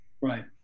Right